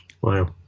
Wow